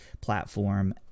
platform